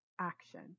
action